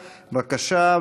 בבקשה,